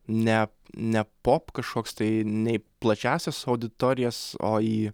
ne ne pop kažkoks tai nei į plačiąsias auditorijas o į